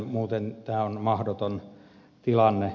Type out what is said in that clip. muuten tämä on mahdoton tilanne